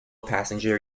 passenger